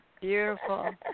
Beautiful